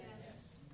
Yes